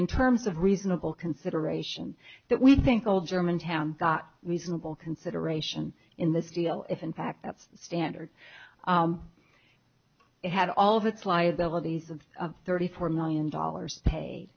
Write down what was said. in terms of reasonable consideration that we think all german town got reasonable consideration in this deal if in fact that's standard it had all of its liabilities of thirty four million dollars